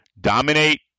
Dominate